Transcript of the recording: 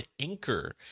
Anchor